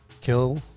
kill